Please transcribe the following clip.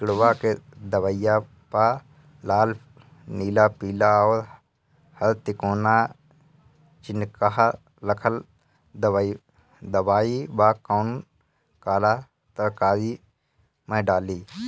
किड़वा के दवाईया प लाल नीला पीला और हर तिकोना चिनहा लगल दवाई बा कौन काला तरकारी मैं डाली?